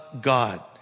God